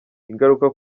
ingaruka